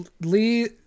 Lee